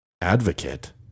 Advocate